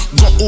go